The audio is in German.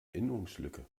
erinnerungslücke